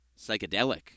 psychedelic